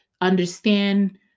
understand